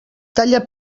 talla